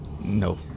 no